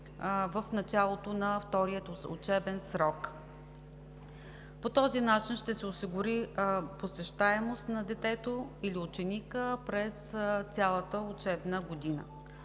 в началото на втория учебен срок. По този начин ще се осигури посещаемост на детето или ученика през цялата учебна година.